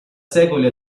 secoli